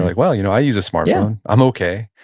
like well, you know i use a smartphone. i'm okay.